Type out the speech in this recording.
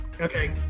Okay